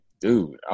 dude